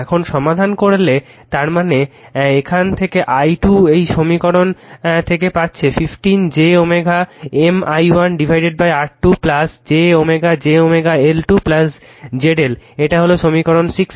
এখন সমাধান করলে তার মানে এখান থেকে i2 এই সমীকরণ থেকে পাচ্ছে 15 j M i1 R2 j j L2 ZL এটা হলো সমীকরণ 16